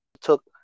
took